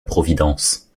providence